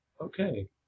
okay